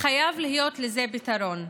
חייב להיות לזה פתרון.